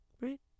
Right